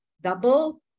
Double